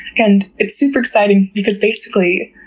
and it's super exciting because, basically,